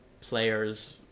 players